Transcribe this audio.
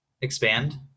Expand